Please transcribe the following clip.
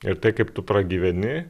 ir tai kaip tu pragyveni